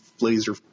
laser